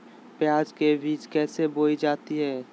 प्याज के बीज कैसे बोई जाती हैं?